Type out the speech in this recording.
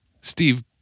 Steve